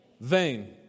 vain